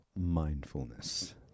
mindfulness